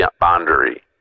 boundary